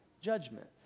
judgment